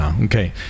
okay